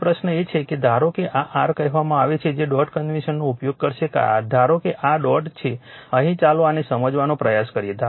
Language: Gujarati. હવે પ્રશ્ન એ છે કે ધારો કે આ r કહેવામાં આવે છે જે ડોટ કન્વેન્શનનો ઉપયોગ કરશે ધારો કે આ ડોટ છે અહીં ચાલો આને સમજવાનો પ્રયાસ કરીએ